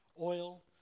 oil